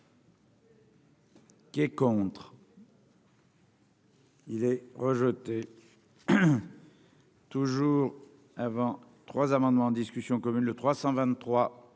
Qui est contre. Il est rejeté. Toujours avant trois amendements en discussion commune le 323